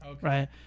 Right